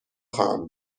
خواهم